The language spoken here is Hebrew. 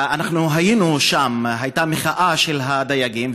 אנחנו היינו שם, הייתה מחאה של הדייגים.